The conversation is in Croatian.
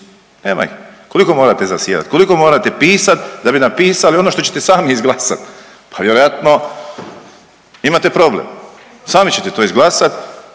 Nema ih. Koliko morate zasjedat, koliko morate pisat da bi napisali ono što ćete sami izglasat? Pa vjerojatno imate problem, sami ćete to izglasat,